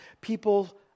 People